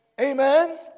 Amen